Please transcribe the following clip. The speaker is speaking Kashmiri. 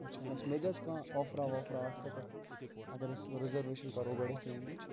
اچھا اَسہِ ملہِ حظ کانٛہہ آفرا وافرا اَتھ خٲطر اگر أسۍ رِزٔرویشَن کَرو گۄڈٮ۪تھٕے ییٚمِچ